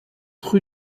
rue